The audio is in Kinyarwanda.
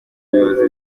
ubuyobozi